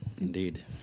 indeed